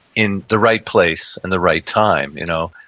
in the right place in the right time, you know.